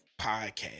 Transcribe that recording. podcast